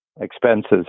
expenses